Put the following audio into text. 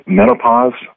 menopause